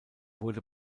wurde